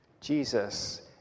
Jesus